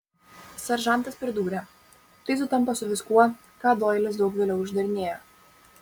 seržantas pridūrė tai sutampa su viskuo ką doilis daug vėliau išdarinėjo